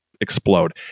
explode